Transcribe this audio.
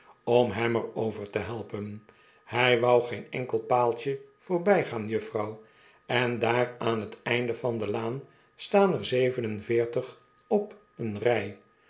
om hem er over te helpen hjj wou geen enkel paaltje voorbjjgaan juffrouw en daaraanhet einde van de laan staan er zevenenveertig op eene rjj